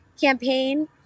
campaign